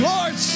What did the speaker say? Lord